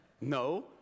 No